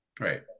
Right